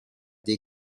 des